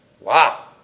Wow